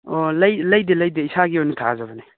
ꯑꯣ ꯂꯩꯗꯦ ꯂꯩꯗꯦ ꯏꯁꯥꯒꯤ ꯑꯣꯏꯅ ꯊꯥꯖꯕꯅꯤ